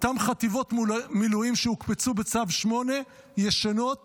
אותן חטיבות מילואים שהוקפצו בצו 8 ישנות